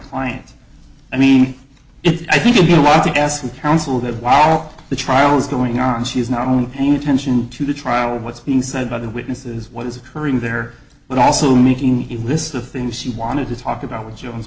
clients i mean if i think i'll be allowed to ask you counsel that while the trial is going on she's not only paying attention to the trial of what's being said by the witnesses what is occurring there but also making the list of things she wanted to talk about with jones